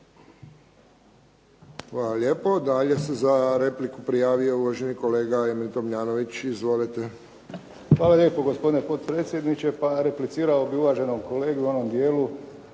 Hvala lijepo. Dalje se za repliku javio uvaženi kolega Emil Tomljanović. Izvolite. **Tomljanović, Emil (HDZ)** Hvala lijepo, gospodine potpredsjedniče. Replicirao bih uvaženom kolegi u onom dijelu